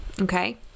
Okay